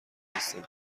نیستم